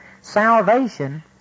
Salvation